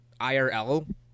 IRL